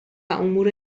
امور